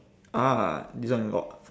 ah this one got f~